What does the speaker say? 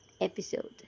episode